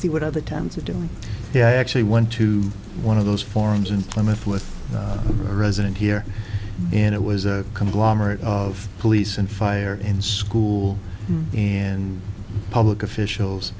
see what other times of doing it i actually went to one of those forums in plymouth with a resident here and it was a conglomerate of police and fire and school and public officials